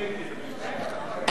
אני לא משנה את ההצבעה,